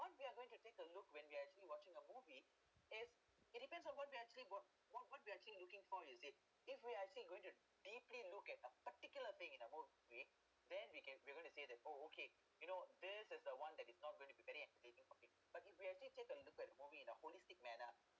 what we are going to take a look when you actually watching a movie is it depends on what we actually what what what we actually looking for you see if we're actually going to deeply look at a particular thing in the movie then we can we're going to say that oh okay you know this is the one that is not going to be very entertaining for me but if we actually take a look at the movie an a very holistic manner